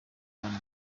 kandi